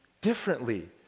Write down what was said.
differently